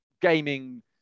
Gaming